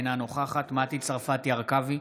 אינה נוכחת מטי צרפתי הרכבי,